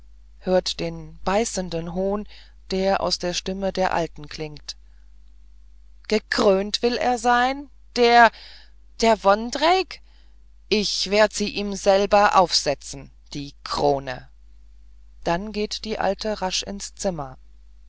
hört den beißenden hohn der aus der stimme der alten klingt gekrönt will er sein der der vondrejc ich werd sie ihm selber aufsetzen die krone dann geht die alte rasch ins zimmer